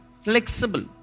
flexible